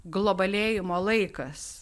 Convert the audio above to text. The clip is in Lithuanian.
globalėjimo laikas